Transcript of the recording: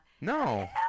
no